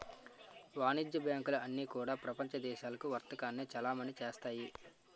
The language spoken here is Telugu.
వాణిజ్య బ్యాంకులు అన్నీ కూడా ప్రపంచ దేశాలకు వర్తకాన్ని చలామణి చేస్తాయి